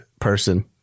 person